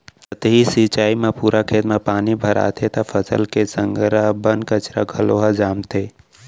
सतही सिंचई म पूरा खेत म पानी भराथे त फसल के संघरा बन कचरा घलोक ह जामथे